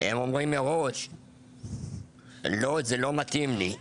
הם אומרים מראש לא זה לא מתאים לי.